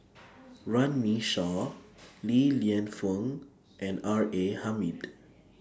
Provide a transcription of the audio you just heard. Runme Shaw Li Lienfung and R A Hamid